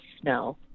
snow